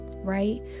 Right